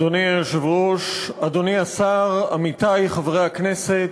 אדוני היושב-ראש, אדוני השר, עמיתי חברי הכנסת,